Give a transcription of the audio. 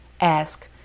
Ask